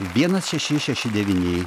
vienas šeši šeši devyni